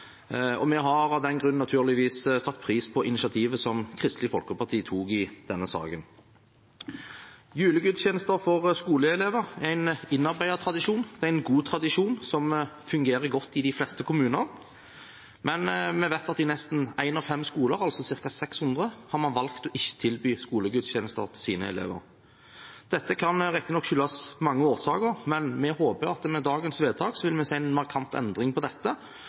Vi har av den grunn naturligvis satt pris på det initiativet som Kristelig Folkeparti har tatt i denne saken. Julegudstjeneste for skoleelever er en innarbeidet og god tradisjon som fungerer godt i de fleste kommuner, men vi vet at man i nesten én av fem skoler – altså ca. 600 – har valgt ikke å tilby skolegudstjenester til sine elever. Dette kan riktignok ha mange årsaker, men vi håper at vi med dagens vedtak vil se en markant endring av dette,